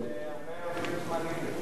הרבה עובדים זמניים.